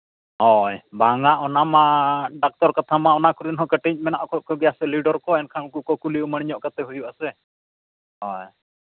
ᱦᱳᱭ ᱵᱟᱝᱼᱟ ᱚᱱᱟᱢᱟ ᱰᱟᱠᱛᱚᱨ ᱠᱟᱛᱷᱟ ᱢᱟ ᱚᱱᱟ ᱠᱚᱨᱮᱱ ᱦᱚᱸ ᱠᱟᱹᱴᱤᱡ ᱢᱮᱱᱟᱜ ᱠᱚ ᱜᱮᱭᱟ ᱥᱮ ᱞᱤᱰᱟᱨ ᱠᱚ ᱮᱱᱠᱷᱟᱱ ᱩᱱᱠᱩ ᱠᱚ ᱠᱩᱞᱤ ᱩᱢᱟᱹᱨ ᱧᱚᱜ ᱠᱟᱛᱮᱫ ᱦᱩᱭᱩᱜ ᱟᱥᱮ ᱦᱳᱭ